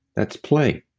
that's play.